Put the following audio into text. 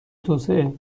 توسعه